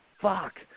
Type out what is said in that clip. fuck